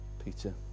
Peter